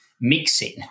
mixing